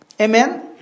Amen